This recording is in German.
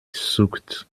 zuckt